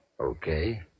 Okay